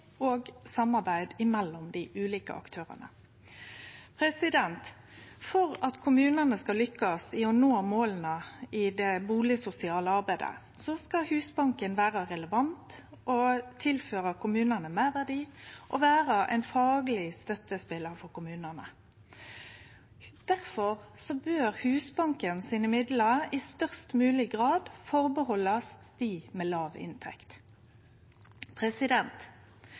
og samarbeid mellom dei ulike aktørane. For at kommunane skal lykkast med å nå måla i det bustadsosiale arbeidet, skal Husbanken vere relevant og tilføre kommunane meirverdi og vere ein fagleg støttespelar for kommunane. Difor bør midlane til Husbanken i størst mogleg grad vere reserverte for dei med